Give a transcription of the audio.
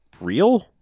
real